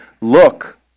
look